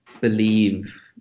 believe